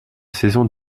saison